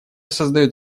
создает